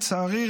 לצערי,